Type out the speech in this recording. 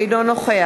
אינו נוכח